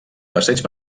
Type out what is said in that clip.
passeig